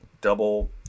double